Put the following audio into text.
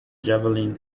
javelin